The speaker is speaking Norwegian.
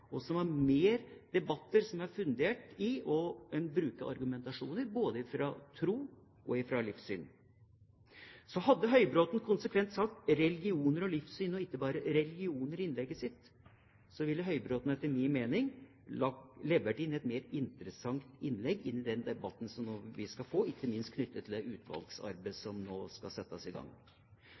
og med flere debatter som er fundert på å bruke argumentasjon både fra tro og fra livssyn. Hadde Høybråten konsekvent snakket om religioner og livssyn i innlegget sitt, og ikke bare religioner, ville Høybråten etter min mening ha levert inn et mer interessant innlegg i den debatten som vi nå skal få, ikke minst knyttet til det utvalgsarbeidet som nå skal settes i gang.